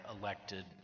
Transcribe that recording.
elected